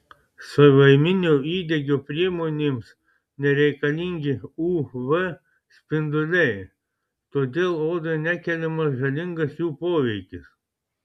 savaiminio įdegio priemonėms nereikalingi uv spinduliai todėl odai nekeliamas žalingas jų poveikis